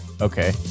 okay